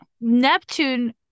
Neptune